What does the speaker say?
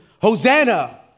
Hosanna